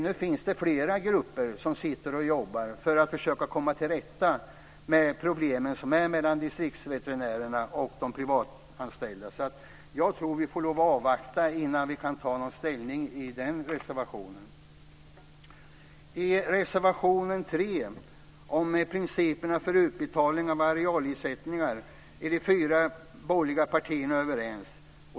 Nu finns det flera grupper som jobbar för att försöka komma till rätta med de problem som finns mellan distriktsveterinärerna och de privatanställda. Jag tror att vi får avvakta detta innan vi kan ta ställning till den reservationen. I reservation 3 om principerna för utbetalning av arealersättningar är de fyra borgerliga partierna överens.